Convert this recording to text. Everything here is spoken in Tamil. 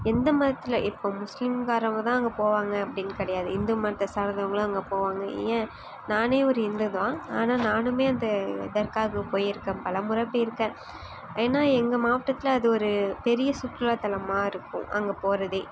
எந்த மதத்தில் இப்போ முஸ்லீம் காரவங்க தான் அங்கே போவாங்க அப்படினு கிடையாது இந்து மதத்தை சார்ந்தவர்களும் அங்கே போவாங்க ஏன் நானே ஒரு இந்து தான் ஆனால் நானும் அந்த தர்காக்கு போயிருக்க பல முறை போயிருக்க ஏன்னா எங்கள் மாவட்டத்தில் அது ஒரு பெரிய சுற்றுலா தளமாக இருக்கும் அங்கே போகிறதே